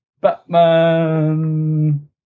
Batman